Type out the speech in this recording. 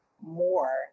more